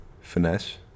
Finesse